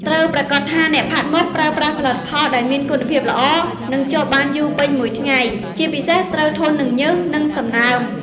ត្រូវប្រាកដថាអ្នកផាត់មុខប្រើប្រាស់ផលិតផលដែលមានគុណភាពល្អ និងជាប់បានយូរពេញមួយថ្ងៃ ជាពិសេសត្រូវធន់នឹងញើស និងសំណើម ។